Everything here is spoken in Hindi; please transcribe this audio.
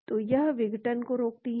तो यह विघटन को रोकती हैं